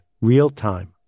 real-time